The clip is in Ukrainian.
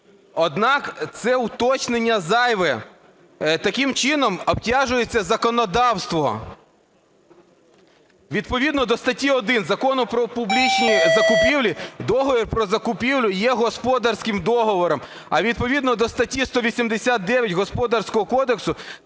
Однак це уточнення зайве, таким чином обтяжується законодавство. Відповідно до статті 1 закону "Про публічні закупівлі" договір про закупівлі є господарським договором. А відповідно до статті 189 Господарського кодексу